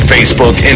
Facebook